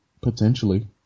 potentially